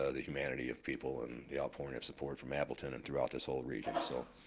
ah the humanity of people, and the outpouring of support from appleton and throughout this whole region, so,